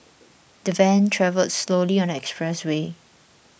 the van travelled slowly on the expressway